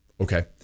okay